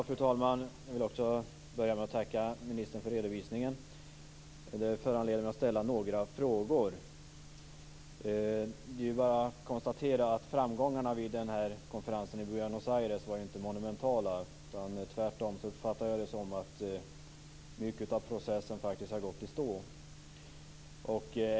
Fru talman! Jag vill också börja med att tacka ministern för redovisningen. Den föranleder mig att ställa några frågor. Det är bara att konstatera att framgångarna vid konferensen i Buenos Aires inte var monumentala. Tvärtom uppfattar jag det att mycket av processen har gått i stå.